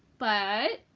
but.